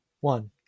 one